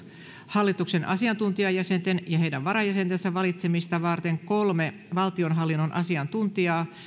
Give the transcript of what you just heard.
hallituksen asiantuntijajäsenten ja heidän varajäsentensä valitsemista varten kolme valtionhallinnon asiantuntijaa